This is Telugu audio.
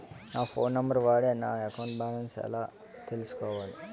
నా ఫోన్ నంబర్ వాడి నా అకౌంట్ బాలన్స్ ఎలా తెలుసుకోవాలి?